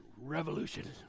revolution